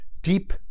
deep